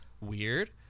weird